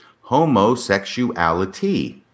Homosexuality